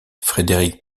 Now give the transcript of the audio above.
frédéric